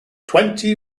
twenty